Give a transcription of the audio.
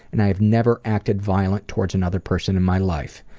and i have never acted violent towards another person in my life.